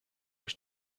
was